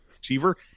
receiver